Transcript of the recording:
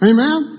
Amen